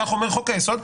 כך אומר חוק היסוד.